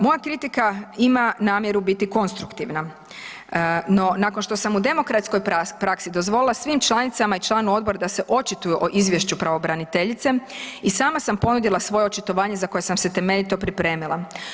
Moja kritika ima namjeru biti konstruktivna, no nakon što sam u demokratskoj praksi dozvolila svim članicama i članu Odbora da se očituju o Izvješću pravobraniteljice, i sama sam ponudila svoje očitovanje za koje sam se temeljito pripremila.